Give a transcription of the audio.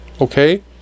Okay